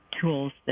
tools